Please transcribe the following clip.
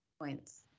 points